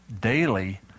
daily